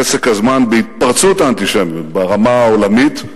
פסק הזמן בהתפרצות האנטישמיות ברמה העולמית,